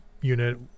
unit